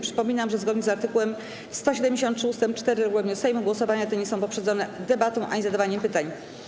Przypominam, że zgodnie z art. 173 ust. 4 regulaminu Sejmu głosowania te nie są poprzedzone debatą ani zadawaniem pytań.